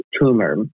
tumor